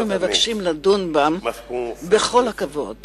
אנחנו מבקשים לדון בהם בכל הכבוד